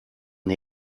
the